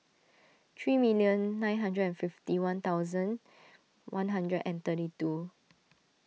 three million nine hundred and fifty one thousand one hundred and thirty two